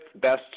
best